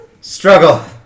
Struggle